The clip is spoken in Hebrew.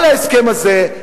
על ההסכם הזה,